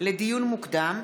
לדיון מוקדם,